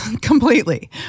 completely